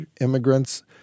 immigrants